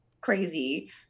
crazy